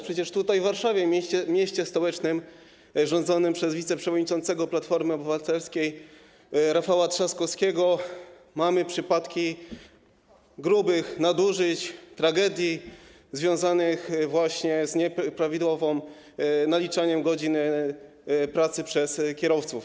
Przecież tutaj, w Warszawie, mieście stołecznym rządzonym przez wiceprzewodniczącego Platformy Obywatelskiej Rafała Trzaskowskiego, mamy przypadki grubych nadużyć, tragedii związanych właśnie z nieprawidłowym naliczaniem godzin pracy przez kierowców.